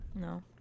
no